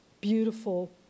beautiful